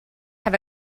have